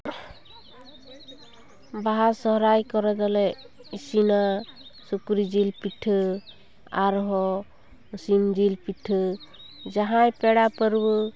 ᱵᱟᱦᱟ ᱥᱚᱦᱚᱨᱟᱭ ᱠᱚᱨᱮ ᱫᱚᱞᱮ ᱤᱥᱤᱱᱟ ᱥᱩᱠᱨᱤ ᱡᱤᱞ ᱯᱤᱴᱷᱟᱹ ᱟᱨᱦᱚᱸ ᱥᱤᱢ ᱡᱤᱞ ᱯᱤᱴᱷᱟᱹ ᱡᱟᱦᱟᱸᱭ ᱯᱮᱲᱟ ᱯᱟᱹᱨᱣᱟᱹ